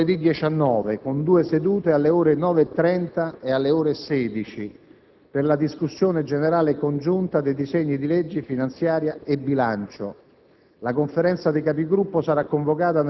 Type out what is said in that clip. L'Assemblea tornerà a riunirsi mercoledì 19 dicembre, con due sedute alle ore 9,30 e alle ore 16, per la discussione generale congiunta dei disegni di legge finanziaria e di bilancio.